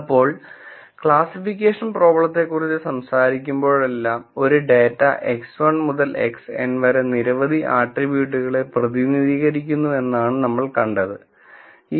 അപ്പോൾക്ലാസ്സിഫിക്കേഷൻ പ്രോബ്ലത്തെക്കുറിച്ച് സംസാരിക്കുമ്പോഴെല്ലാം ഒരു ഡാറ്റ X1 മുതൽ Xn വരെ നിരവധി ആട്രിബ്യൂട്ടുകളെ പ്രതിനിധീകരിക്കുന്നുവെന്ന് നമ്മൾ കണ്ടതാണ്